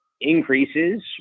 increases